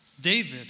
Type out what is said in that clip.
David